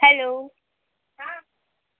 hello